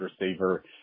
receiver